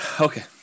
okay